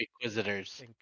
inquisitors